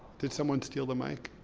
did someone steal the mic?